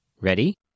Ready